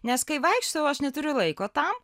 nes kai vaikštau aš neturiu laiko tam